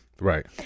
Right